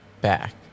back